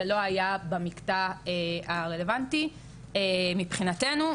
זה לא היה במקטע הרלוונטי מבחינתנו,